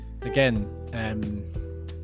Again